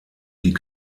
die